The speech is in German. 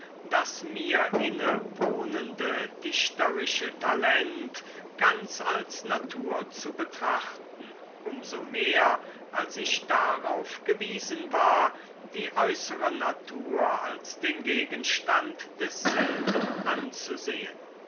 das mir inwohnende dichterische talent ganz als natur zu betrachten um so mehr als ich darauf gewiesen war die äußere natur als den gegenstand desselben anzusehen